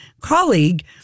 colleague